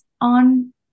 on